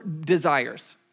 desires